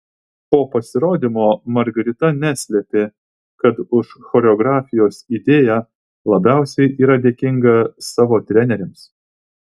po pasirodymo margarita neslėpė kad už choreografijos idėją labiausiai yra dėkinga savo treneriams